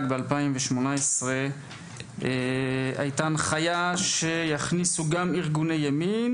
ב-2018 הייתה הנחייה שיכניסו גם ארגוני ימין,